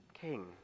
king